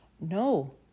No